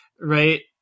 Right